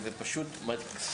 וזה פשוט מקסים.